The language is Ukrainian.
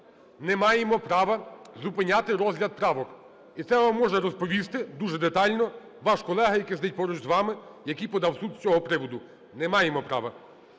Не маємо права зупиняти розгляд правок. І це вам може розповісти дуже детально ваш колега, який сидить поруч з вами, який подав в суд з цього приводу. Не маємо права.